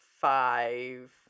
five